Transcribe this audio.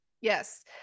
Yes